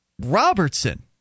Robertson